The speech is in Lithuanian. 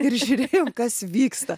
ir žiūrėjom kas vyksta